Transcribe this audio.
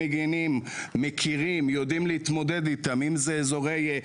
ביניהם לענייננו זאת רעידת אדמה.